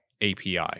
API